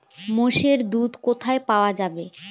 মোষের দুধ কোথায় পাওয়া যাবে?